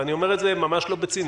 ואני אומר את זה ממש לא בציניות.